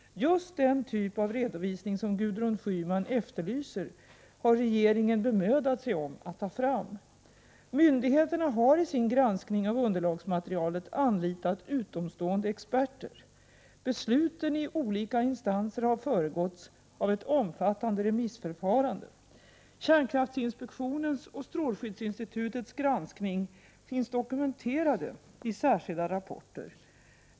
Just den typ av redovisning som Gudrun Schyman efterlyser har regeringen bemödat sig om att ta fram. Myndigheterna har i sin granskning av underlagsmaterialet anlitat utomstående experter. Besluten i olika instanser har föregåtts av ett omfattande remissförfarande. Kärnkraftinspektionens och strålskyddsinstitutets granskning finns dokumenterade i särskilda rapporter.